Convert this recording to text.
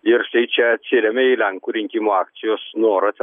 ir štai čia atsiremia į lenkų rinkimų akcijos norą ten